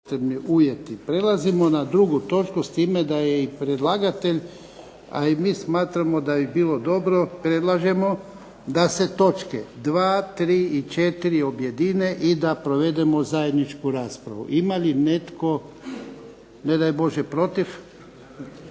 Prelazimo na 2. točku, s time da je i predlagatelj a i mi smatramo da bi bilo dobro, predlažemo da se točke 2., 3. i 4. objedine i da provedemo zajedničku raspravu. Ima li netko protiv?